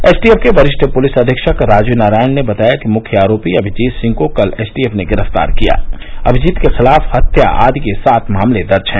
STF के वरि ठ पुलिस अधीक्षक राजीव नारायण ने बताया कि मुख्य आरोपी अभिजीत सिंह को कल एसटीएफ ने गिरफ्तार किया ँ अभिजीत के खिलाफ हत्या आदि के सात मामले दर्ज हैं